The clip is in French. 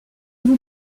vous